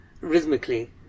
rhythmically